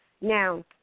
Now